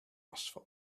asfalt